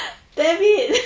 damn it